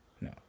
No